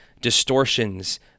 distortions